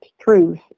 truth